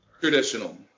Traditional